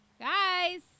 Guys